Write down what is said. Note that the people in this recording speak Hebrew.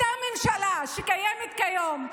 אותה ממשלה שקיימת כיום,